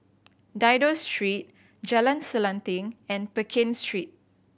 Dido Street Jalan Selanting and Pekin Street